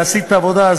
ועשית עבודה,